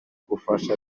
gufasha